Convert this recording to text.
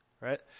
right